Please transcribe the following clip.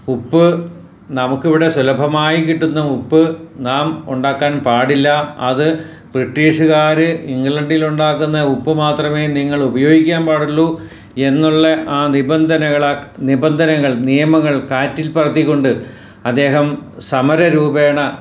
ഉപ്പ് നമുക്ക് ഇവിടെ സുലഭമായി കിട്ടുന്ന ഉപ്പ് നാം ഉണ്ടാക്കാന് പാടില്ല അത് ബ്രിട്ടീഷ്കാര് ഇഗ്ളണ്ടിലുണ്ടാക്കുന്ന ഉപ്പ് മാത്രമേ നിങ്ങളുപയോഗിക്കാന് പാടുള്ളൂ എന്നുള്ള ആ നിബന്ധനകളാണ് നിബന്ധനകള് നിയമങ്ങള് കാറ്റില് പറത്തിക്കൊണ്ട് അദ്ദേഹം സമര രൂപേണ